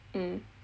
mm